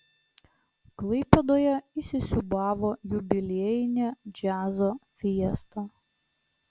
klaipėdoje įsisiūbavo jubiliejinė džiazo fiesta